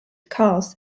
cars